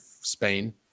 Spain